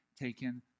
taken